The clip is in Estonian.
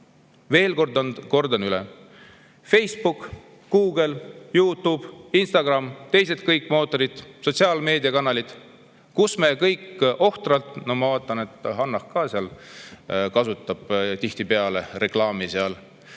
Veel kord kordan üle: Facebook, Google, YouTube, Instagram, kõik teised mootorid, sotsiaalmeediakanalid, kus me kõik ohtralt … No ma vaatan, et Hanah ka seal kasutab tihtipeale reklaami. Aga